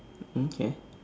mm okay